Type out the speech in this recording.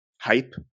hype